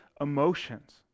emotions